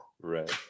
Right